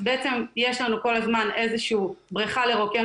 בעצם יש לנו כל הזמן איזה שהוא בריכה לרוקן